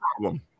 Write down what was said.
problem